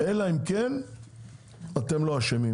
אלא אם כן אתם אשמים,